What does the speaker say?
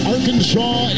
Arkansas